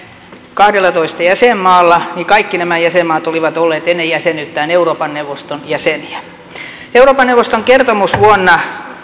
kahdellatoista jäsenmaalla kaikki nämä jäsenmaat olivat olleet ennen jäsenyyttään euroopan neuvoston jäseniä euroopan neuvoston kertomusvuonna